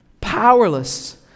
Powerless